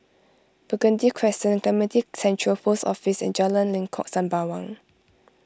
Burgundy Crescent Clementi Central Post Office and Jalan Lengkok Sembawang